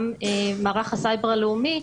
גם מערך הסייבר הלאומי.